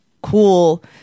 Cool